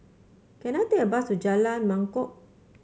can I take a bus to Jalan Mangkok